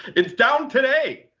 it's down today!